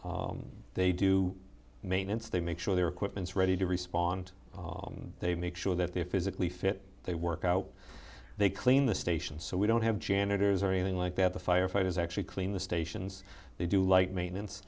they do maintenance they make sure their equipment ready to respond they make sure that they're physically fit they work out they clean the station so we don't have janitors or anything like that the firefighters actually clean the stations they do like maintenance